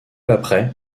après